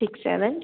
six seven